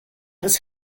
his